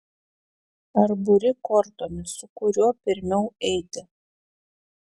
ar buri kortomis su kuriuo pirmiau eiti